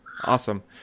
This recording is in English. Awesome